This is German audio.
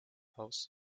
aus